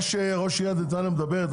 מה שראש עיריית נתניה מדברת,